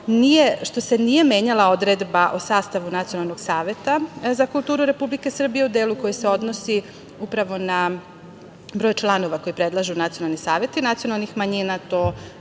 što se nije menjala odredba o sastavu Nacionalnog saveta za kulturu Republike Srbije u delu koji se odnosi upravo na broj članova koji predlažu nacionalni saveti nacionalnih manjina.